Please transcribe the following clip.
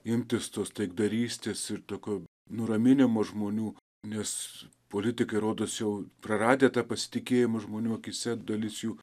imtis tos taikdarystės ir tokio nuraminimo žmonių nes politikai rodos jau praradę tą pasitikėjimą žmonių akyse dalis jų